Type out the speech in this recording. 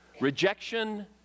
Rejection